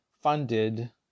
funded